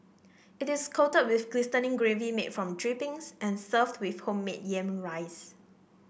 it is coated with glistening gravy made from drippings and served with homemade yam rice